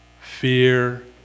fear